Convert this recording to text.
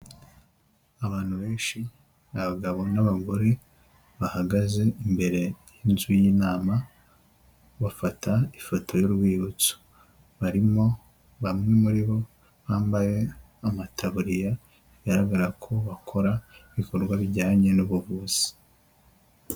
Abantu benshi, ni abagabo n'abagore bahagaze imbere y'inzu y'inama bafata ifoto y'urwibutso, barimo bamwe muri bo bambaye amataburiya, bigaragara ko bakora ibikorwa bijyanye n'ubuvuzi.